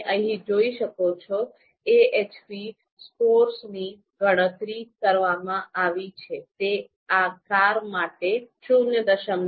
તમે અહીં જોઈ શકો છો AHP સ્કોર્સની ગણતરી કરવામાં આવી છે તે આ કાર માટે ૦